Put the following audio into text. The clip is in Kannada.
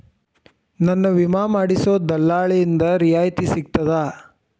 ನನ್ನ ವಿಮಾ ಮಾಡಿಸೊ ದಲ್ಲಾಳಿಂದ ರಿಯಾಯಿತಿ ಸಿಗ್ತದಾ?